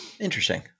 Interesting